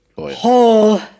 Whole